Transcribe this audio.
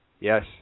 Yes